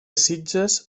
sitges